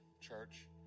church